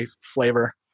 flavor